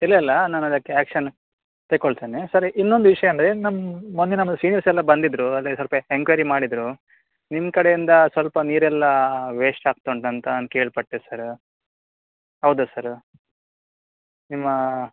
ಇಲ್ಲಇಲ್ಲ ನಾನು ಅದಕ್ಕೆ ಆಕ್ಷನ್ ತಕೊಳ್ತೇನೆ ಸರ್ ಇನ್ನೊಂದು ವಿಷಯ ಅಂದರೆ ನಮ್ಮ ಮೊನ್ನೆ ನಮ್ಮ ಸೀನಿಯರ್ಸ್ ಎಲ್ಲ ಬಂದಿದ್ದರು ಅದೆ ಸ್ವಲ್ಪ ಎನ್ಕ್ವಾಯ್ರಿ ಮಾಡಿದರು ನಿಮ್ಮ ಕಡೆಯಿಂದ ಸ್ವಲ್ಪ ನೀರೆಲ್ಲ ವೇಸ್ಟ್ ಆಗ್ತ ಉಂಟು ಅಂತ ಕೇಳಿಪಟ್ಟೆ ಸರ್ ಹೌದಾ ಸರ್ ನಿಮ್ಮ